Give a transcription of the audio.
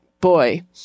boy